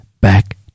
back